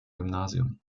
gymnasium